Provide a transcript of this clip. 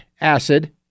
acid